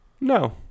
No